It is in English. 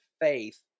faith